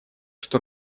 что